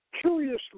curiously